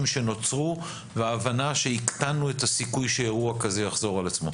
שנוצרו וההבנה שהקטנו את הסיכוי שאירוע כזה יחזור על עצמו.